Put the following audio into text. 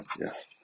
yes